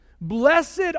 Blessed